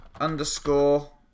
underscore